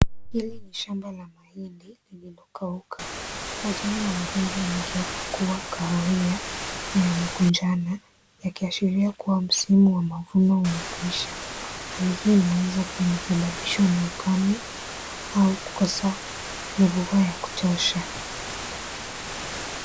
Hili ni shamba la mahindi lililokauka. Majani ya mahindi yamegeuka kuwa kahawia na yamekunjana, yakiashiria kuwa msimu wa mavuno umekwisha. Hali hii inaweza kuwa imesababishwa na ukame au kukosa mvua ya kutosha.